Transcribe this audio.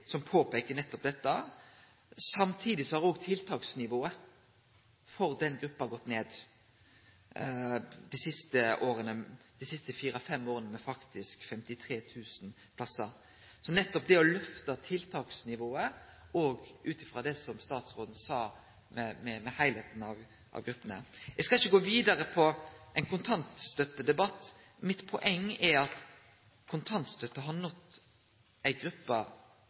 siste fire–fem åra med 53 000 plassar. Så det er nettopp det å lyfte tiltaksnivået ut frå det statsråden sa om heilskapen av gruppene. Eg skal ikkje gå vidare på ein kontantstøttedebatt. Poenget mitt er at kontantstøtta har nådd ei gruppe